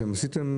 עשיתם?